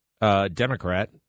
Democrat